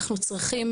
אנחנו צריכים